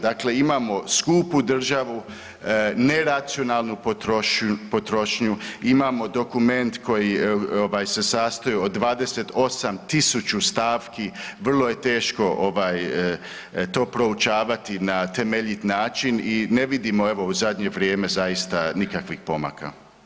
Dakle, imamo skupu državu, neracionalnu potrošnju, imamo dokument koji se sastoji od 28.000 stavki, vrlo je teško to proučavati na temeljit način i ne vidimo u zadnje vrijeme zaista nikakvih pomaka.